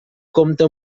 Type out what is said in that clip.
compta